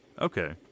Okay